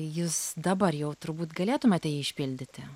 jis dabar jau turbūt galėtumėte jį išpildyti